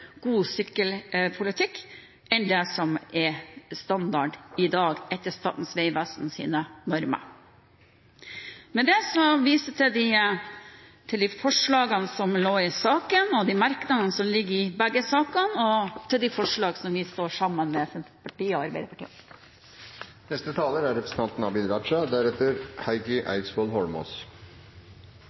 god sykkelpolitikk enn det som er standarden i dag etter Statens vegvesen sine normer. Med dette viser jeg til de forslagene som lå i saken, de merknadene som ligger i begge sakene, og til de forslagene som Senterpartiet og Arbeiderpartiet står sammen